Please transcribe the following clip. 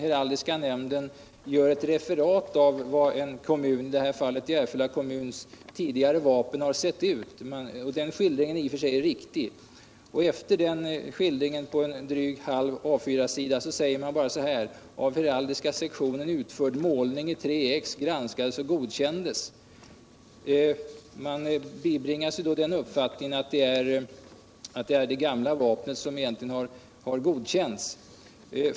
Heraldiska nämnden gör på en halv AÅ4-sida ett refererat av hur en kommuns, i detta fall Järfälla kommuns, tidigare vapen har sett ut. Den skildringen är i och för sig riktig, men efter det att nämnden gjort denna beskrivning på drygt en halv A 4-sida säger man endast att av heraldiska sektionen utförd målning i tre exemplar granskats och godkänts. Man bibringas då uppfattningen att det är det gamla vapnet som har godkänts.